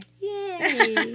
Yay